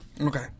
okay